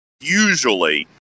usually